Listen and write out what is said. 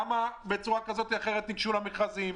כמה בצורה כזו או אחרת ניגשו למכרזים,